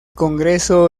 congreso